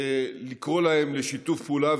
לקרוא להם לשיתוף פעולה,